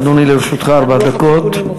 אדוני, לרשותך ארבע דקות.